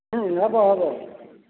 ହବ ହବ